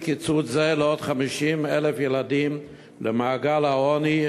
קיצוץ אשר הביא לעוד 50,000 ילדים במעגל העוני,